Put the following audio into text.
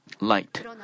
light